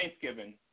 Thanksgiving